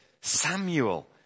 Samuel